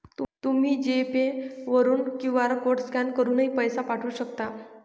तुम्ही G Pay वरून QR code scan करूनही पैसे पाठवू शकता